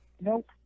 Nope